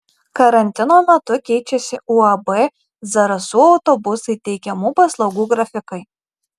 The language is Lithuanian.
karantino metu keičiasi uab zarasų autobusai teikiamų paslaugų grafikai